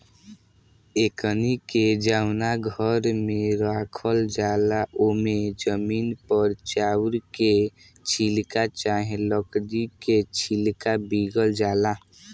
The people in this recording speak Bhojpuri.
एकनी के जवना घर में राखल जाला ओमे जमीन पर चाउर के छिलका चाहे लकड़ी के छिलका बीगल जाला